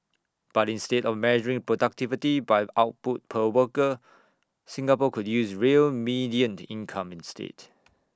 but instead of measuring productivity by output per worker Singapore could use real median income instead